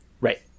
Right